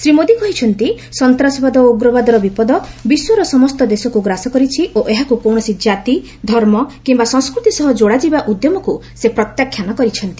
ଶ୍ରୀ ମୋଦି କହିଛନ୍ତି ସନ୍ତାସବାଦ ଓ ଉଗ୍ରବାଦର ବିପଦ ବିଶ୍ୱର ସମସ୍ତ ଦେଶକ୍ତ ଗ୍ରାସ କରିଛି ଓ ଏହାକୁ କୌଣସି ଜାତି ଧର୍ମ କିମ୍ବା ସଂସ୍କୃତି ସହ ଯୋଡ଼ାଯିବା ଉଦ୍ୟମକ୍ତ ସେ ପ୍ରତ୍ୟାଖ୍ୟାନ କରିଛନ୍ତି